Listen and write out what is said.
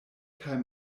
kaj